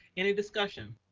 any discussion?